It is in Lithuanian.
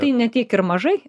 tai ne tiek ir mažai